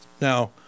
Now